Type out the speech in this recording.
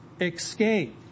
escape